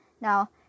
Now